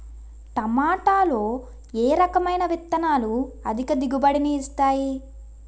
టమాటాలో ఏ రకమైన విత్తనాలు అధిక దిగుబడిని ఇస్తాయి